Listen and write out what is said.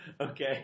Okay